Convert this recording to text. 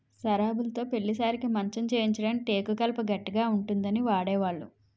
సరాబులుతో పెళ్లి సారెకి మంచం చేయించడానికి టేకు కలప గట్టిగా ఉంటుందని వాడేవాళ్లు